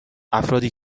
افرادی